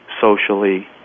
socially